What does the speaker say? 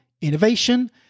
innovation